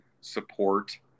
support